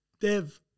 dev